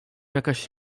jakaś